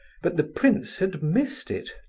but the prince had missed it.